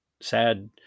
sad